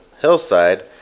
hillside